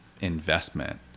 investment